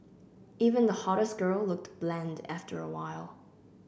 even the hottest girl looked bland after awhile